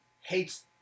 hates